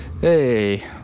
Hey